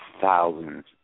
thousands